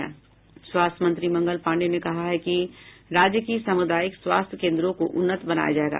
स्वास्थ्य मंत्री मंगल पांडेय ने कहा है कि राज्य की सामुदायिक स्वास्थ्य केन्द्रों को उन्नत बनाया जायेगा